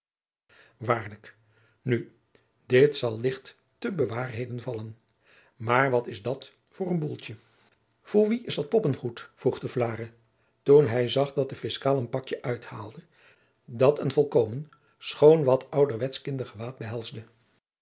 waarlijk nu dit zal licht te bewaarheden vallen maar wat is dat voor een boeltje voor wien is dat poppengoed vroeg de vlaere toen hij zag dat de fiscaal een pakje uithaalde t welk een volkomen schoon wat ouderwetsch kindergewaad behelsde